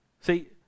See